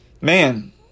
Man